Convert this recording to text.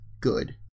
good